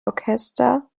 orchester